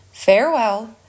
Farewell